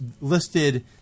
listed